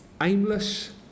aimless